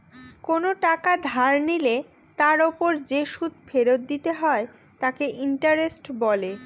কোন টাকা ধার নিলে তার ওপর যে সুদ ফেরত দিতে হয় তাকে ইন্টারেস্ট বলে